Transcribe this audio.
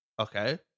okay